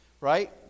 right